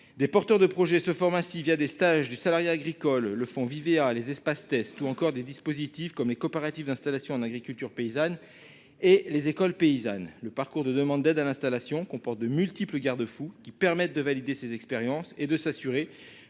Des porteurs de projets se forment ainsi via des stages du salariat agricole le Fonds vivez les espaces test ou encore des dispositifs comme les coopératives d'installation en agriculture paysanne et les écoles paysanne le parcours de demande d'aide à l'installation comporte de multiples garde-fous qui permettent de valider ces expériences et de s'assurer